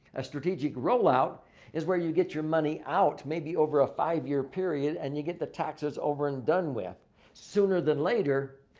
a strategic rollout is where you get your money out. maybe over a five year period and you get the taxes over and done with sooner than later.